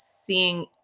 seeing